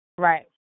Right